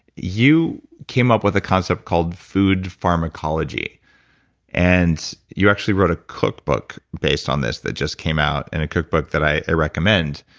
you came up with a concept called food pharmacology and you actually wrote a cookbook based on this that just came out, and a cookbook that i recommend.